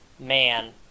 man